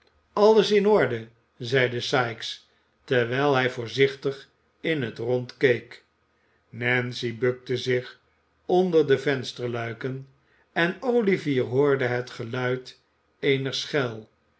alles in orde zeide sikes terwijl hij voorzichtig in het rond keek nancy bukte zich onder de vensterluiken en olivier hoorde het geluid eener schel